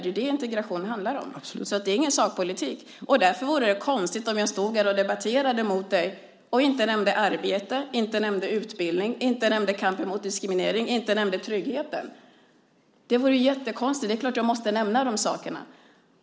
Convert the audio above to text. Det är det som integration handlar om. Det är ingen sakpolitik. Därför vore det konstigt om jag stod här och debatterade med dig och inte nämnde arbete, inte nämnde utbildning, inte nämnde kampen mot diskriminering och inte nämnde tryggheten. Det vore jättekonstigt. Det är klart att jag måste nämna dessa saker.